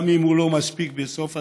גם אם הוא לא מספיק בסוף הדרך,